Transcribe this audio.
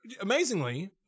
amazingly